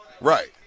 Right